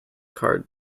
card